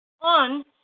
on